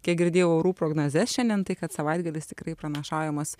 kiek girdėjau orų prognozes šiandien tai kad savaitgalis tikrai pranašaujamas